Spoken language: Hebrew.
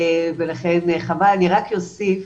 ולכן חבל, אני רק אוסיף